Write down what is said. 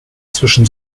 zwischen